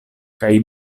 kaj